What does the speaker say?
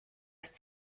ist